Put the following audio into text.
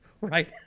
Right